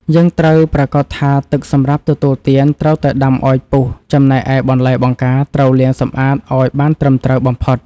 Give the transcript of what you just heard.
យើងត្រូវប្រាកដថាទឹកសម្រាប់ទទួលទានត្រូវតែដាំឱ្យពុះចំណែកឯបន្លែបង្ការត្រូវលាងសម្អាតឱ្យបានត្រឹមត្រូវបំផុត។